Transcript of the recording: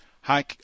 hi